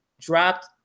dropped